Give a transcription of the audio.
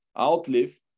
Outlive